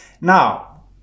now